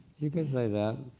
you could say that.